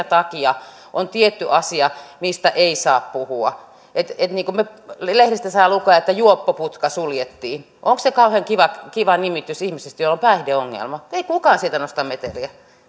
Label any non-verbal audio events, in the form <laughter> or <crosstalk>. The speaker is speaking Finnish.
<unintelligible> takia on tietty asia mistä ei saa puhua kun lehdestä saa lukea että juoppoputka suljettiin niin onko se kauhean kiva kiva nimitys ihmisestä jolla on päihdeongelma ei kukaan siitä nosta meteliä